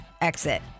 exit